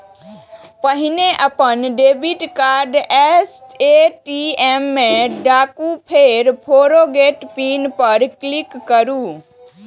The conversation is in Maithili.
पहिने अपन डेबिट कार्ड ए.टी.एम मे डालू, फेर फोरगेट पिन पर क्लिक करू